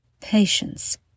Patience